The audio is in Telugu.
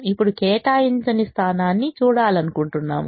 ఇప్పుడు కేటాయించని స్థానాన్ని చూడాలనుకుంటున్నాము